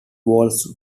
walls